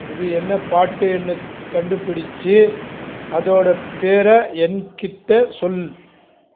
இது என்ன பாட்டுன்னு கண்டுபுடிச்சு அதோட பேரை என்கிட்ட சொல்